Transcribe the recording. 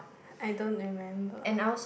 I don't remember